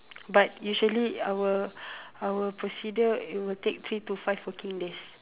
but usually our our procedure it will take three to five working days